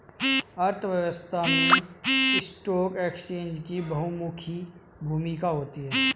अर्थव्यवस्था में stock exchange की बहुमुखी भूमिका होती है